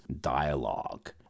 dialogue